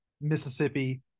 Mississippi